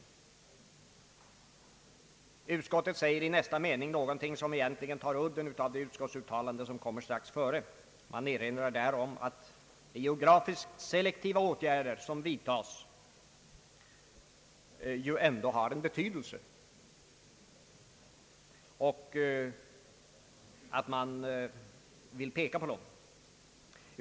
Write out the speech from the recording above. I nästa mening säger utskottet någonting som egentligen tar udden av det uttalande man gör strax före. Utskottet erinrar där om att de geografiskt selektiva åtgärder som vidtagits inom vissa regioner ju ändå har en viss betydelse.